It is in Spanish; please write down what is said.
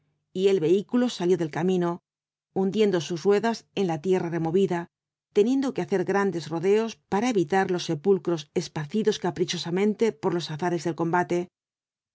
y el vehículo salió del camino hundiendo sus ruedas en la tierra removida teniendo que hacer grandes rodeos para evitar los sepulcros esparcidos caprichosamente por los azares del combate